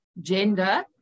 gender